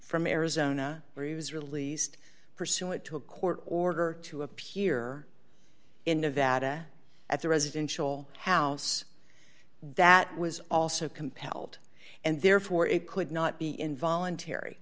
from arizona where he was released pursuant to a court order to appear in nevada at the residential house that was also compelled and therefore it could not be involuntary